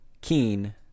keen